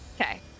Okay